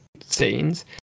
scenes